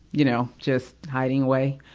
you know, just hiding away.